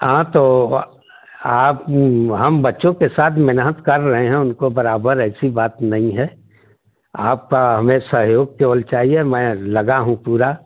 हाँ तो वा आप हम बच्चों के साथ मेहनत कर रहे हैं उनको बराबर ऐसी बात नहीं है आपका हमें सहयोग केवल चाहिए मैं लगा हूँ पूरा